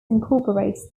incorporates